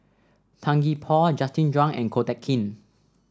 Tan Gee Paw Justin Zhuang and Ko Teck Kin